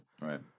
Right